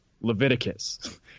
Leviticus